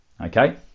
okay